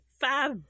five